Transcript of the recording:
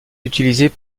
utilisées